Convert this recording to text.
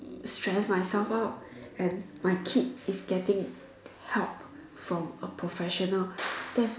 stress myself out and my kid is getting help from a professional that's